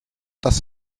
das